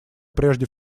прежде